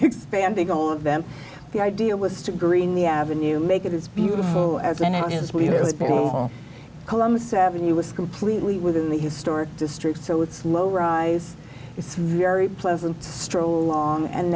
expanding all of them the idea was to green the avenue make it as beautiful as many as we had been columbus avenue was completely within the historic district so it's low rise it's very pleasant stroll along and